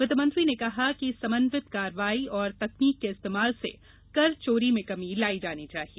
वित्तमंत्री ने कहा कि समन्वित कार्रवाई और तकनीक के इस्तेमाल से कर चोरी में कमी लाई जानी चाहिए